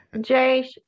jay